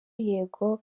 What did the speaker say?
yego